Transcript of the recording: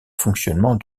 fonctionnement